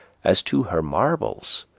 as to her marbles,